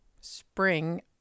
spring